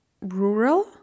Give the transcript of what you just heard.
rural